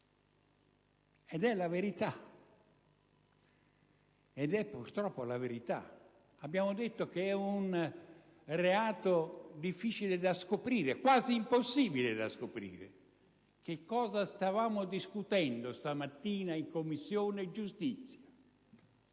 questo Senato. Ed è purtroppo la verità. Abbiamo detto che è un reato difficile, quasi impossibile, da scoprire. Che cosa stavamo discutendo stamattina in Commissione giustizia?